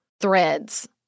threads